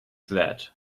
that